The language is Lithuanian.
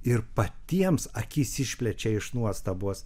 ir patiems akis išplečia iš nuostabos